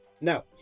now